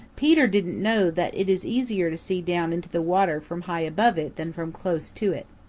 peter didn't know that it is easier to see down into the water from high above it than from close to it.